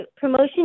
promotion